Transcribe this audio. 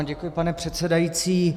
Děkuji, pane předsedající.